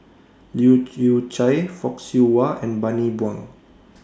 Leu Yew Chye Fock Siew Wah and Bani Buang